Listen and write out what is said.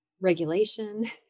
regulation